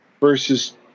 versus